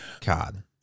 God